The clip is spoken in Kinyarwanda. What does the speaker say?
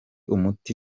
umuti